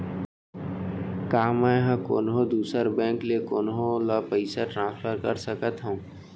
का मै हा कोनहो दुसर बैंक ले कोनहो ला पईसा ट्रांसफर कर सकत हव?